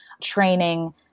training